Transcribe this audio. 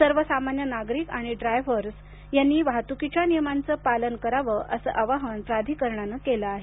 सर्वसामान्य नागरिक आणि ड्रायव्हर्स यांनी वाहतूकीच्या नियमांचं पालन करावं असं आवाहन प्राधिकरणानं केलं आहे